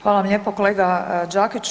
Hvala vam lijepo kolega Đakiću.